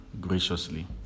graciously